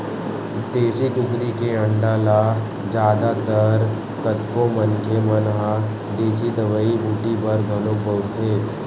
देसी कुकरी के अंडा ल जादा तर कतको मनखे मन ह देसी दवई बूटी बर घलोक बउरथे